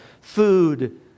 Food